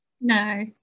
no